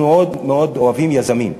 אנחנו מאוד מאוד אוהבים יזמים,